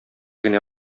генә